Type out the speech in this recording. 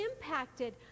impacted